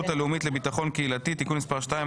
הלאומית לביטחון קהילתי (תיקון מס' 2),